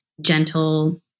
gentle